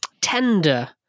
tender